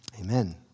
Amen